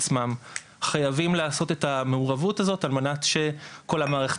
אבל יש נורמליזציה של כל דבר,